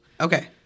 Okay